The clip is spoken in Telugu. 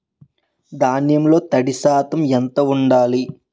ధాన్యంలో తడి శాతం ఎంత ఉండాలి?